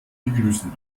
begrüßen